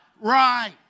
right